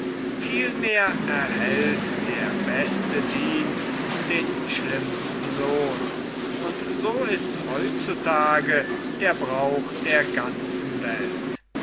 vielmehr erhält der beste dienst den schlimmsten lohn und so ist heut zu tage der brauch der ganzen welt